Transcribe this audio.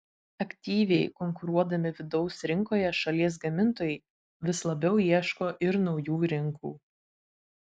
aktyviai konkuruodami vidaus rinkoje šalies gamintojai vis labiau ieško ir naujų rinkų